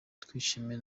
twishimiye